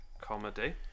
comedy